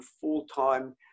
full-time